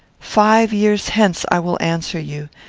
five years hence i will answer you.